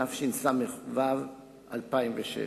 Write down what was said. התשס"ו-2006.